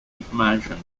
information